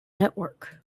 network